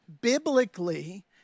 biblically